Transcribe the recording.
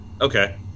Okay